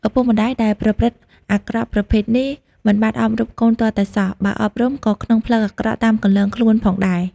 ឪពុកម្ដាយដែលប្រព្រឹត្តិអាក្រក់ប្រភេទនេះ មិនបានអប់រំកូនទាល់តែសោះ បើអប់រំក៏ក្នុងផ្លូវអាក្រក់តាមគន្លងខ្លួនផងដែរ ។